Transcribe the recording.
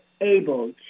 able